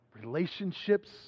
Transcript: relationships